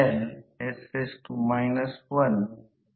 सामान्यतः 2 pi f हे s आहे